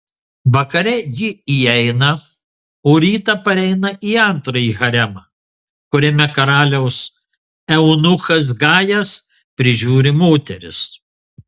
vakare ji įeina o rytą pareina į antrąjį haremą kuriame karaliaus eunuchas gajas prižiūri moteris